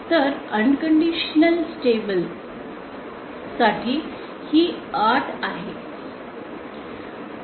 तर unconditional stable साठी ही अट आहे